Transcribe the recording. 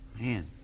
Man